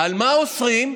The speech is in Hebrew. מה אוסרים?